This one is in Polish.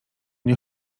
nie